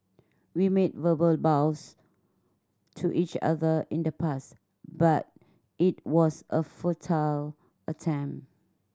we made verbal vows to each other in the past but it was a futile attempt